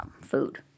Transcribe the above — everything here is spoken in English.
Food